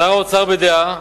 שר האוצר בדעה